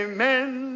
Amen